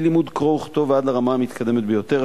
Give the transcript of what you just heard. מלימוד קרוא וכתוב ועד לרמה המתקדמת ביותר.